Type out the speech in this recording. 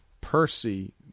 Percy